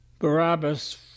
Barabbas